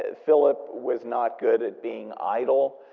ah philip was not good at being idle.